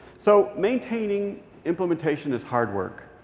so maintaining implementation is hard work.